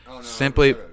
Simply